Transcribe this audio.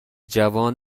جوان